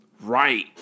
right